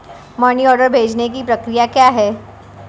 Money order भेजने की प्रक्रिया क्या है?